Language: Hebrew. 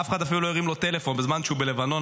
אף אחד אפילו לא הרים לו טלפון בזמן שהוא היה בלבנון,